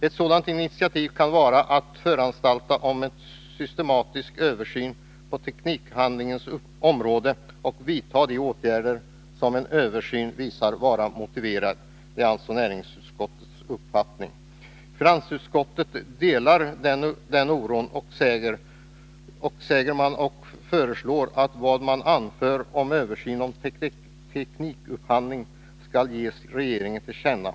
Ett sådant initiativ kan vara att föranstalta om en systematisk översyn på teknikupphandlingsområdet och vidta de åtgärder som en Översyn visar vara motiverade.” Finansutskottet delar denna oro, säger man, och föreslår att vad man anför om översyn av teknikupphandling skall ges regeringen till känna.